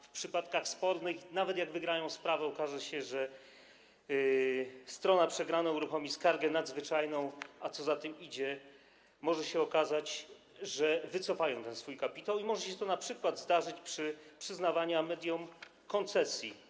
W przypadkach spornych, nawet jak wygrają sprawę, może się okazać, że strona przegrana uruchomi skargę nadzwyczajną, a co za tym idzie, może się okazać, że wycofają oni ten swój kapitał, i może się to np. zdarzyć przy przyznawaniu mediom koncesji.